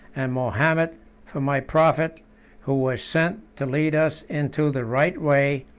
and mahomet for my prophet who was sent to lead us into the right way,